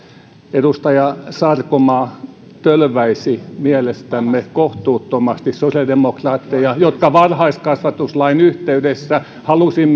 edustaja sarkomaa tölväisi mielestämme kohtuuttomasti sosiaalidemokraatteja jotka varhaiskasvatuslain yhteydessä halusivat